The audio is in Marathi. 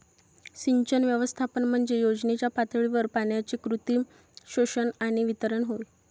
सिंचन व्यवस्थापन म्हणजे योजनेच्या पातळीवर पाण्याचे कृत्रिम शोषण आणि वितरण होय